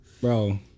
bro